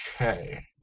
Okay